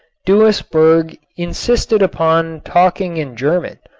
duisberg insisted upon talking in german,